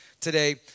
today